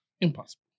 Impossible